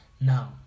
now